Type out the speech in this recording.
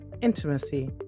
intimacy